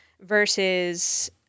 versus –